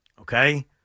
Okay